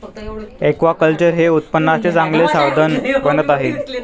aquaculture हे उत्पन्नाचे चांगले साधन बनत आहे